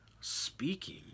speaking